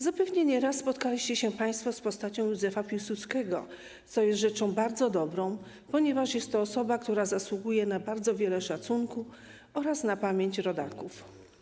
Zapewne nie raz spotkaliście się państwo z postacią Józefa Piłsudskiego, co jest rzeczą bardzo dobrą, ponieważ jest to osoba, która zasługuje na bardzo wiele szacunku oraz na pamięć rodaków.